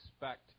expect